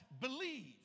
believe